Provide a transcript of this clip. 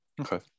Okay